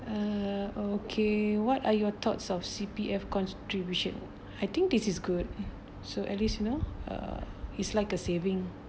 uh okay what are your thoughts of C_P_F contribution I think this is good so at least you know uh it's like a saving